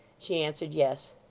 she answered yes.